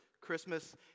Christmas